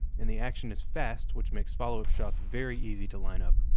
and the action is fast, which makes follow-up shots very easy to line up.